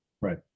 right